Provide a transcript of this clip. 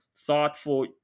thoughtful